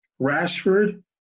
Rashford